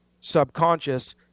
subconscious